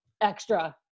extra